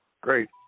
Great